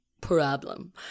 problem